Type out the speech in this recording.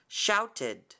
shouted